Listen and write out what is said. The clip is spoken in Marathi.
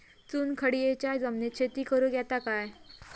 चुनखडीयेच्या जमिनीत शेती करुक येता काय?